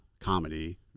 comedy